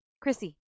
Chrissy